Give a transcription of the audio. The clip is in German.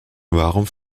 warum